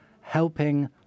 helping